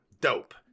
dope